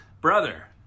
brother